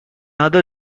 other